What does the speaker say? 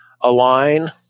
align